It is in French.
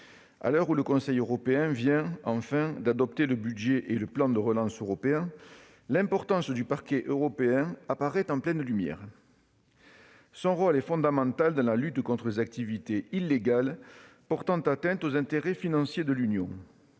À l'heure où le Conseil européen vient enfin d'adopter le budget et le plan de relance européens, l'importance du Parquet européen apparaît en pleine lumière. Son rôle est essentiel dans la lutte contre les activités illégales portant atteinte aux intérêts financiers de l'Union.